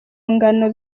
ngano